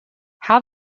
how